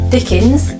Dickens